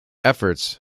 efforts